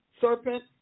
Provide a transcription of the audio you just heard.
serpent